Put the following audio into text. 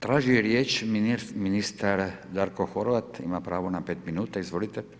Tražio je riječ ministar Darko Horvat, ima pravo na 5 minuta, izvolite.